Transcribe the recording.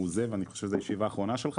אני חושב שזאת הישיבה האחרונה שלך